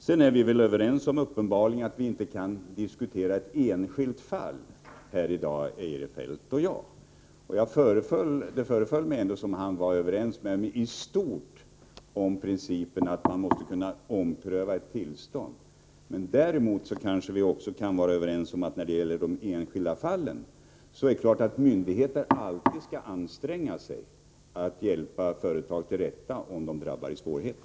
Sedan är vi uppenbarligen ense om, Christer Eirefelt och jag, att vi inte kan diskutera ett enskilt fall här i dag. Det föreföll mig också som om Christer Eirefelt var överens med mig i stort beträffande principen att man måste kunna ompröva ett tillstånd. Vi kan också vara ense om att det är klart att myndigheterna skall anstränga sig för att hjälpa ett företag till rätta om det hamnat i svårigheter.